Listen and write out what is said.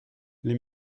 les